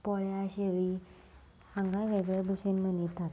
पोळ्यां शेळी हांगा वेगळे भशेन मनयतात